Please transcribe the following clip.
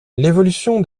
l’évolution